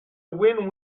win